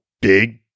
big